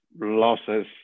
losses